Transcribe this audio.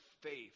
faith